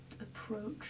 approach